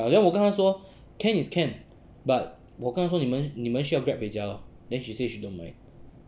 then 我跟她说 can is can but 我跟她说了你们你们需要 grab 回家 then she says she don't mind